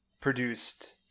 produced